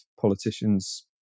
politicians